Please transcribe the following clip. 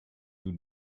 you